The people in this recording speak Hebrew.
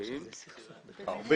הדרישה שלכם הייתה לציין לפחות אחד מהם.